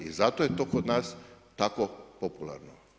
I zato je to kod nas tako popularno.